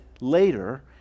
later